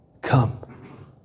come